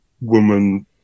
woman